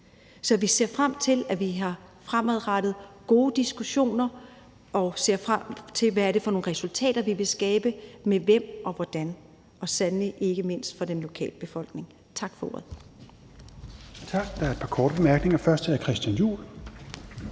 Så vi ser frem til, at vi fremadrettet har gode diskussioner, og ser frem til at se, hvad det er for nogle resultater, vi vil skabe, og med hvem og hvordan – og sandelig ikke mindst for den lokale befolkning. Tak for ordet. Kl. 16:07 Fjerde næstformand (Rasmus Helveg Petersen): Tak.